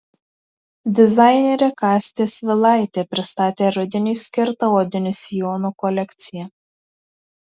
dizainerė kastė svilaitė pristatė rudeniui skirtą odinių sijonų kolekciją